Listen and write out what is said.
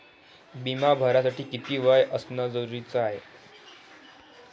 बिमा भरासाठी किती वय असनं जरुरीच हाय?